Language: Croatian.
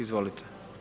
Izvolite.